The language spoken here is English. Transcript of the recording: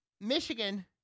Michigan